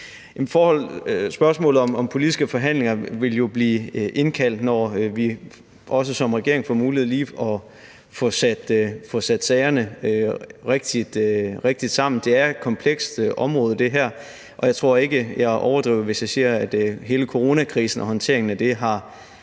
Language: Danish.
spørgsmålet om politiske forhandlinger vil jeg sige, at der vil blive indkaldt til dem, når vi også som regering får mulighed for lige at få sat sagerne rigtigt sammen. Det er et komplekst område, det her, og jeg tror ikke, jeg overdriver, hvis jeg siger, at hele coronakrisen og håndteringen af den har